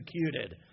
executed